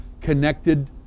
connected